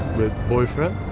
with boyfriend?